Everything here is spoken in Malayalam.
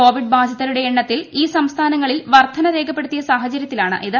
കോവിഡ് ബാധിതരുടെ എണ്ണത്തിൽ ഈ സംസ്ഥാനങ്ങളിൽ വർധന രേഖപ്പെടുത്തിയ സാഹചര്യത്തി ലാണിത്